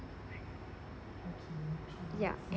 ya